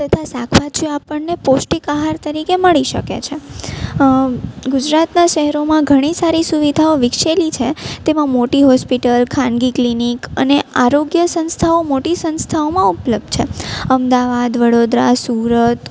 તથા શાકભાજીઓ આપણને પૌષ્ટિક આહાર તરીકે મળી શકે છે ગુજરાતના શહેરોમાં ઘણી સારી સુવિધાઓ વિકસેલી છે તેમાં મોટી હોસ્પિટલ ખાનગી ક્લિનિક અને આરોગ્ય સંસ્થાઓ મોટી સંસ્થાઓમાં ઉપલબ્ધ છે અમદાવાદ વડોદરા સુરત